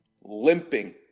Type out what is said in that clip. limping